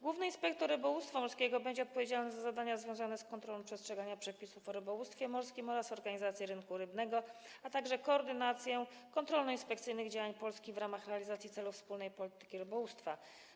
Główny inspektor rybołówstwa morskiego będzie odpowiedzialny za zadania związane z kontrolą przestrzegania przepisów o rybołówstwie morskim oraz organizację rynku rybnego, a także koordynację kontrolno-inspekcyjnych działań Polski w ramach realizacji celów wspólnej polityki rybołówstwa.